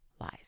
lies